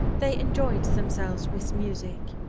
they enjoyed themselves with music.